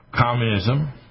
communism